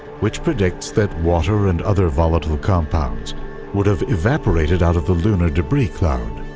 which predicts that water and other volatile compounds would have evaporated out of the lunar debris cloud.